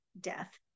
death